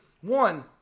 one